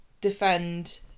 defend